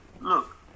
Look